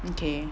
okay